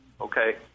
Okay